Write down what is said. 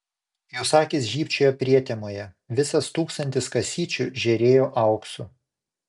jos akys žybčiojo prietemoje visas tūkstantis kasyčių žėrėjo auksu